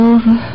Over